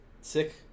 Sick